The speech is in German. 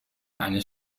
eines